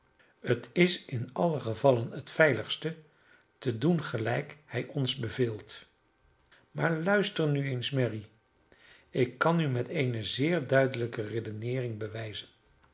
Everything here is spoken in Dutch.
het is in alle gevallen het veiligste te doen gelijk hij ons beveelt maar luister nu eens mary ik kan u met eene zeer duidelijke redeneering bewijzen